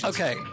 Okay